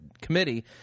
Committee